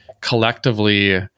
collectively